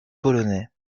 polonais